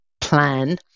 plan